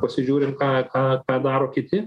pasižiūrim ką ką ką daro kiti